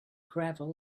gravel